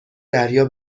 دریا